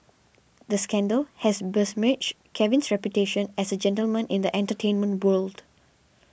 the scandal had besmirched Kevin's reputation as a gentleman in the entertainment world